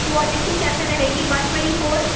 quality کیسے رہے گی ون ٹوئنٹی فور